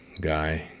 guy